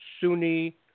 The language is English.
Sunni